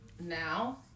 now